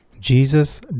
Jesus